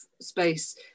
space